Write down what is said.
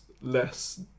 less